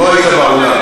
לא היית באולם.